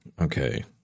Okay